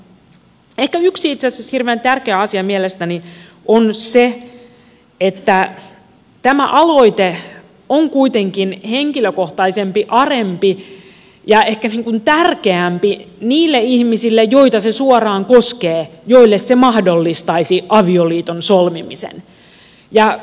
ehkä yksi itse asiassa hirveän tärkeä asia mielestäni on se että tämä aloite on kuitenkin henkilökohtaisempi arempi ja ehkä tärkeämpi niille ihmisille joita se suoraan koskee joille se mahdollistaisi avioliiton solmimisen